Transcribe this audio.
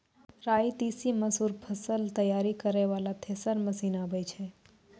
राई तीसी मसूर फसल तैयारी करै वाला थेसर मसीन आबै छै?